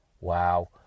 wow